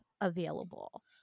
available